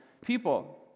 people